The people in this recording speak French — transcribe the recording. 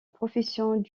profession